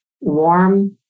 warm